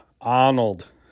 Arnold